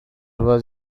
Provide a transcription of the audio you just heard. was